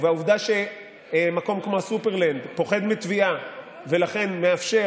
והעובדה שמקום כמו סופרלנד פוחד מתביעה ולכן מאפשר